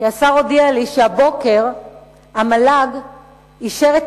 כי השר הודיע לי שהבוקר המל"ג אישר את